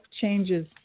changes